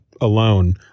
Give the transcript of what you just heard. alone